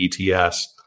ETS